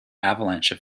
avalanche